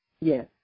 Yes